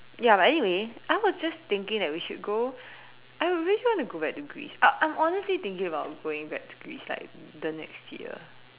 ya but anyway I was just thinking that we should go I would really want to go back to Greece uh uh I'm honestly thinking about going back to Greece like the next year